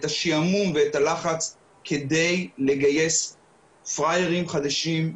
השעמום ואת הלחץ כדי לגייס פראיירים חדשים,